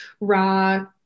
raw